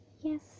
yes